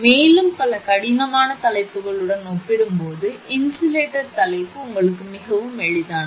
மேலும் பல கடினமான தலைப்புகளுடன் ஒப்பிடும்போது இன்சுலேட்டர் தலைப்பு உங்களுக்கு மிகவும் எளிதானது